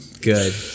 good